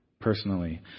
personally